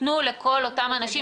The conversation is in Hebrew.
תנו לאנשים,